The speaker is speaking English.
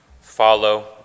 follow